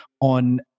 on